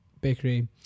bakery